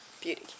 Beauty